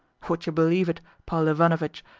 would you believe it, paul ivanovitch,